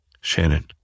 Shannon